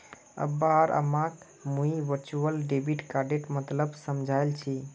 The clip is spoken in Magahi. अब्बा आर अम्माक मुई वर्चुअल डेबिट कार्डेर मतलब समझाल छि